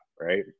right